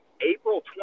April